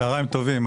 צוהריים טובים,